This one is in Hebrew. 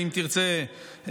אם תרצה,